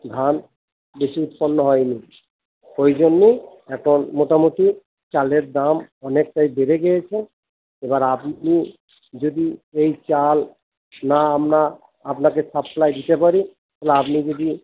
ধান বেশি উৎপন্ন হয়নি সেই জন্যই এখন মোটামুটি চালের দাম অনেকটাই বেড়ে গিয়েছে এবার আপনি যদি এই চাল না আমরা আপনাকে সাপ্লাই দিতে পারি তাহলে আপনি যদি